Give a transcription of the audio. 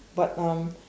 but um